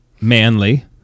Manly